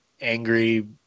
angry